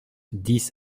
dix